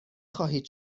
خواهید